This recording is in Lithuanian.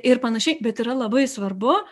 ir panašiai bet yra labai svarbu